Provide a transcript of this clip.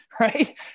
Right